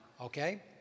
okay